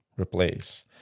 replace